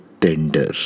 tender